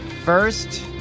First